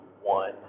one